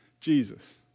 Jesus